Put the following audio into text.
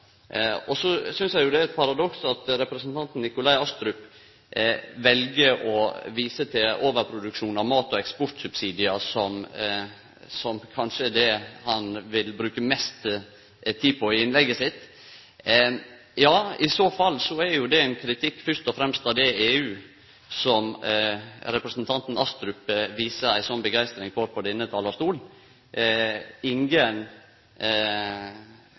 Eg synest det er eit paradoks at representanten Nikolai Astrup vel å vise til overproduksjon av mat og eksportsubsidiar – og brukte kanskje mest tid på det i innlegget sitt. Ja, i så fall er jo det ein kritikk fyrst og fremst av det EU som representanten Astrup viser ei sånn begeistring for på denne talarstolen. Ingen